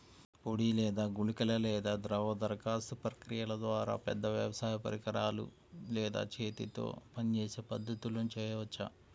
పొడి లేదా గుళికల లేదా ద్రవ దరఖాస్తు ప్రక్రియల ద్వారా, పెద్ద వ్యవసాయ పరికరాలు లేదా చేతితో పనిచేసే పద్ధతులను చేయవచ్చా?